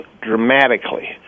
dramatically